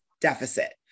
Deficit